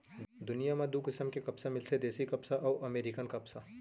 दुनियां म दू किसम के कपसा मिलथे देसी कपसा अउ अमेरिकन कपसा